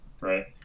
right